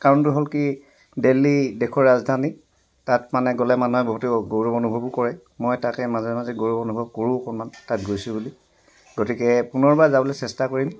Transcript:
কাৰণটো হ'ল কি দেলহি দেশৰ ৰাজধানী তাত মানে গ'লে মানুহে বহুতো গৌৰৱ অনুভৱো কৰে মই তাকে মাজে মাজে গৌৰৱ অনুভৱ কৰো অকণমান তাত গৈছো বুলি গতিকে পুনৰবাৰ যাবলৈ চেষ্টা কৰিম